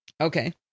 Okay